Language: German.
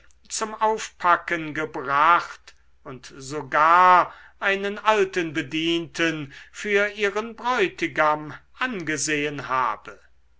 zum aufpacken gebracht und sogar einen alten bedienten für ihren bräutigam angesehen habe